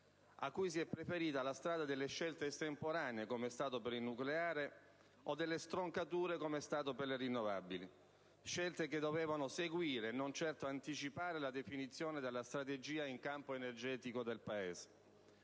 a cui si è preferita la strada delle scelte estemporanee (come è stato per il nucleare) o delle stroncature (come è stato per le rinnovabili); scelte che dovevano seguire e non certo anticipare la definizione della strategia in campo energetico del Paese.